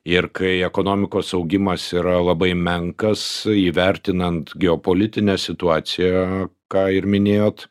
ir kai ekonomikos augimas yra labai menkas įvertinant geopolitinę situaciją ką ir minėjot